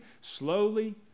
slowly